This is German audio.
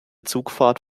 zugfahrt